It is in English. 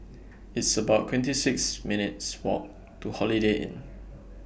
It's about twenty six minutes' Walk to Holiday Inn